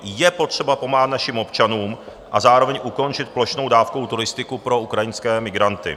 Je potřeba pomáhat našim občanům a zároveň ukončit plošnou dávkovou turistiku pro ukrajinské migranty.